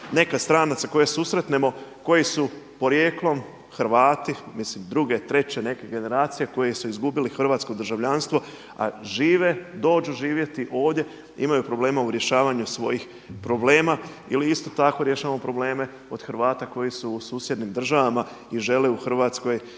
nekad stranaca koje susretnemo koji su porijeklom Hrvati, mislim druge, treće neke generacije koji su izgubili hrvatsko državljanstvo a žive, dođu živjeti ovdje, imaju problema u rješavanju svojih problema ili isto tako rješavamo problema od Hrvata koji su u susjednim državama i žele u Hrvatskoj